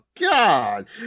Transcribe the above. God